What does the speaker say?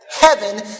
Heaven